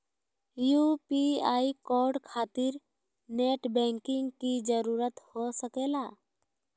UPI code खातिर net banking की जरूरत हो सके ला?